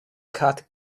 cat